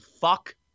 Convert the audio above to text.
fuck